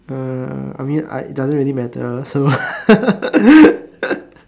uh I mean I it doesn't really matter lah so